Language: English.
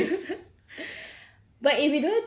until I die